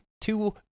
Two